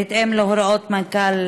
בהתאם להוראות מנכ"ל